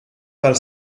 dal